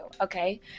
Okay